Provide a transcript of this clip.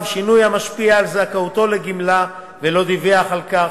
שינוי המשפיע על זכאותו לגמלה ולא דיווח על כך.